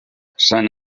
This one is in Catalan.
sant